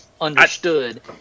understood